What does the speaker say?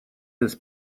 his